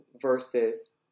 versus